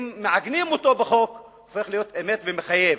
אם מעגנים אותו בחוק, הופך להיות אמת ומחייב.